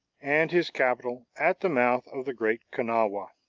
and his capital at the mouth of the great kanawha.